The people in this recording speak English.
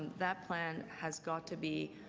that plan has got to be